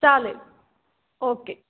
चालेल ओके